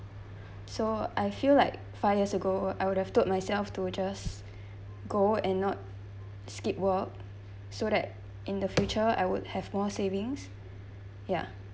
so I feel like five years ago I would have told myself to just go and not skip work so that in the future I would have more savings ya